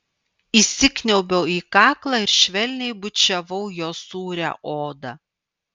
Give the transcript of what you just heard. įsikniaubiau į kaklą ir švelniai bučiavau jo sūrią odą